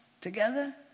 together